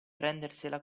prendersela